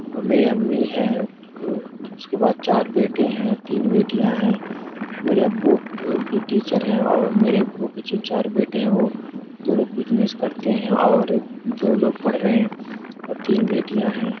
اور میری امی ہیں اس کے بعد چار بیٹے ہیں تین بیٹیاں ہیں میرے ابو بھی ٹیچر ہیں اور میرے ابو کے جو چار بیٹے ہیں وہ دو لوگ بزنس کرتے ہیں اور دو لوگ پڑھ رہے ہیں اور تین بیٹیاں ہیں